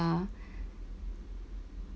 uh